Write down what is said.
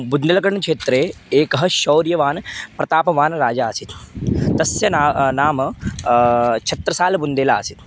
बुद्नलकण् क्षेत्रे एकः शौर्यवान् प्रतापवान् राजा आसीत् तस्य ना नाम छत्रसालबुन्देल आसीत्